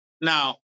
Now